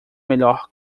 melhor